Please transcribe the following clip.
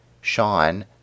sean